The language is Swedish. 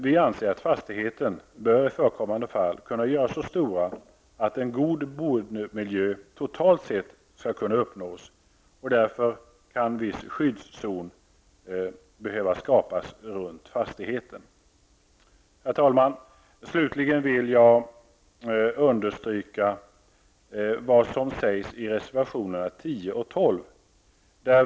Vi anser att fastigheten i förekommande fall bör kunna göras så stor att en god boendemiljö totalt sett uppnås. Därför kan viss skyddszon behöva skapas runt fastigheten. Herr talman! Slutligen vill jag understryka vad som sägs i reservationerna 10 och 12.